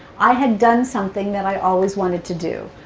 i had done something that i always wanted to do.